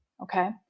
Okay